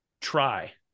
try